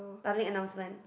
public announcement